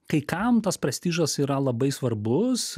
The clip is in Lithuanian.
kai kam tas prestižas yra labai svarbus